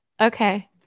Okay